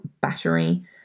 Battery